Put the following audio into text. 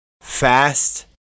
fast